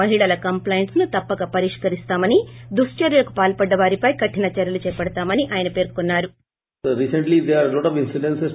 మహిళల కంప్లెంట్స్ ను తప్పక పరిష్కరిస్తామని దుశ్చర్యలకు పాల్పడ్డ వారిపై కఠిన చర్యలు చేపడేతామని అయన పేర్చొన్సారు